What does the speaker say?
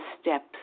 steps